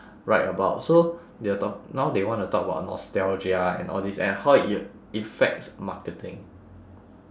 write about so they were tal~ now they wanna talk about nostalgia and all this and how it affects marketing